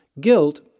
Guilt